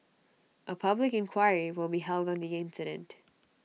A public inquiry will be held on the incident